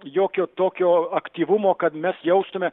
jokio tokio aktyvumo kad mes jaustume